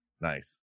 Nice